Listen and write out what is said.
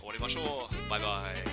Bye-bye